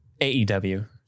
AEW